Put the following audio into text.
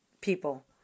people